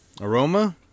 Aroma